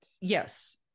yes